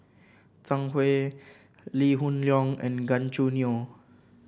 Zhang Hui Lee Hoon Leong and Gan Choo Neo